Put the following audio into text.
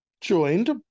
joined